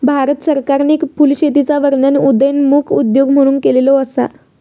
भारत सरकारने फुलशेतीचा वर्णन उदयोन्मुख उद्योग म्हणून केलेलो असा